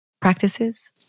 practices